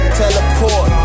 teleport